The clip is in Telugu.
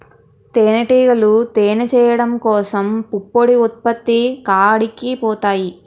తేనిటీగలు తేనె చేయడం కోసం పుప్పొడి ఉత్పత్తి కాడికి పోతాయి